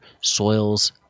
soils